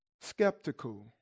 skeptical